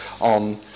on